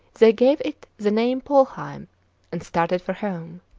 they gave it the name polheim and started for home.